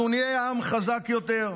אנחנו נהיה עם חזק יותר,